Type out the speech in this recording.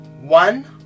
one